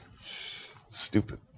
Stupid